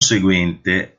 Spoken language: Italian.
seguente